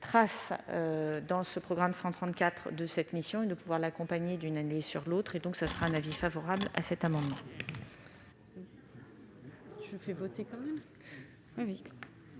trace dans le programme 134 de cette mission afin de pouvoir l'accompagner d'une année sur l'autre ; l'avis est donc favorable sur cet amendement.